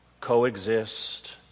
coexist